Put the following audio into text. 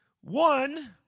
One